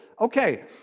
Okay